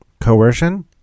coercion